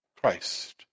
Christ